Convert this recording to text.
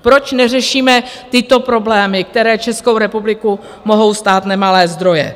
Proč neřešíme tyto problémy, které Českou republiku mohou stát nemalé zdroje?